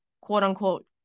quote-unquote